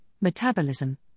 metabolism